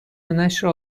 نشر